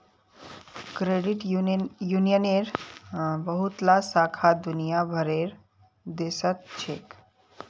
credit यूनियनेर बहुतला शाखा दुनिया भरेर देशत छेक